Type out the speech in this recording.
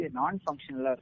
non-functional